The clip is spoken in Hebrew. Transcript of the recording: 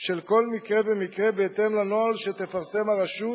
של כל מקרה ומקרה, בהתאם לנוהל שתפרסם הרשות,